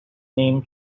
name